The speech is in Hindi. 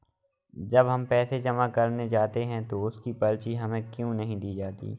जब हम पैसे जमा करने जाते हैं तो उसकी पर्ची हमें क्यो नहीं दी जाती है?